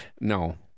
No